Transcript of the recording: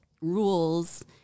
rules